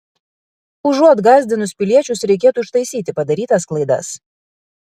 užuot gąsdinus piliečius reikėtų ištaisyti padarytas klaidas